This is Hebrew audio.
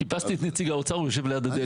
חיפשתי את נציג האוצר, הוא יושב ליד הדלת.